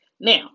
Now